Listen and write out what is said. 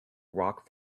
rock